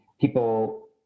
people